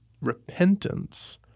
repentance